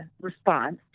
response